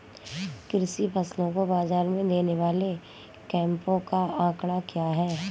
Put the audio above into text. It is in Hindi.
कृषि फसलों को बाज़ार में देने वाले कैंपों का आंकड़ा क्या है?